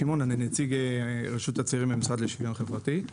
נציג רשות הצעירים במשרד לשוויון חברתי.